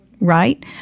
right